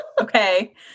okay